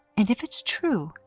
and if it's true,